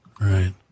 Right